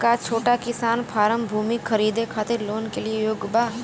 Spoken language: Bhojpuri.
का छोटा किसान फारम भूमि खरीदे खातिर लोन के लिए योग्य बा?